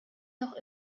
noch